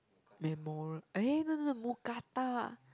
memora~ eh no no no mookata